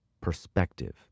perspective